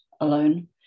alone